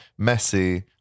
Messi